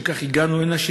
ולשם כך הגענו הנה,